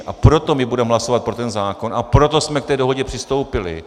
A proto my budeme hlasovat pro ten zákon a proto jsme k té dohodě přistoupili.